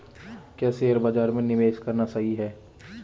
क्या शेयर बाज़ार में निवेश करना सही है?